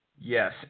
Yes